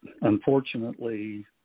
Unfortunately